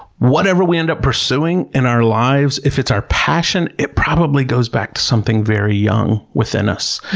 whatever we end up pursuing in our lives, if it's our passion, it probably goes back to something very young within us.